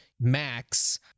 max